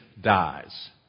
dies